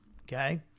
okay